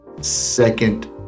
second